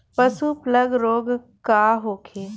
पशु प्लग रोग का होखे?